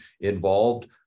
involved